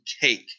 cake